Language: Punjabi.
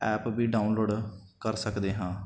ਐਪ ਵੀ ਡਾਊਨਲੋਡ ਕਰ ਸਕਦੇ ਹਾਂ